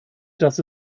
das